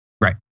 Right